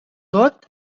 tot